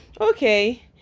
okay